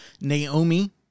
Naomi